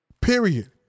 period